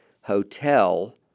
hotel